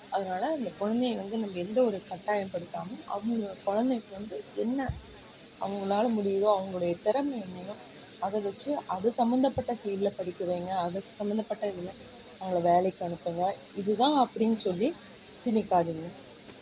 அதனால இந்த குழந்தைகள் வந்து நம்ம எந்த ஒரு கட்டாயப்படுத்தாமல் அவங்க குழந்தைக்கு வந்து என்ன அவங்களால முடியுதோ அவங்களுடைய திறமை என்னவோ அதை வெச்சு அது சம்மந்தப்பட்ட ஃபீல்டில் படிக்க வையுங்க அதுக்கு சம்மந்தப்பட்ட இதில் அவங்கள வேலைக்கு அனுப்புங்கள் இதுதான் அப்படின்னு சொல்லி திணிக்காதீங்க